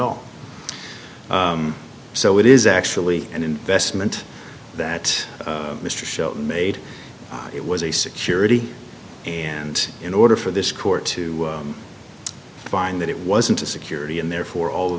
all so it is actually an investment that mr shelton made it was a security and in order for this court to find that it wasn't a security and therefore all of